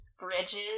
bridges